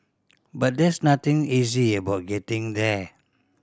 but there's nothing easy about getting there